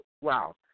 wow